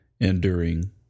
enduring